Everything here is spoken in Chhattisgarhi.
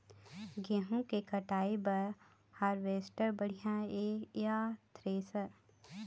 गेहूं के कटाई बर हारवेस्टर बढ़िया ये या थ्रेसर?